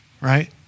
right